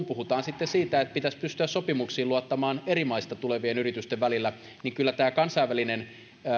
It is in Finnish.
puhutaan sitten siitä että pitäisi pystyä sopimuksiin luottamaan eri maista tulevien yritysten välillä niin kyllä tämä kansainvälinen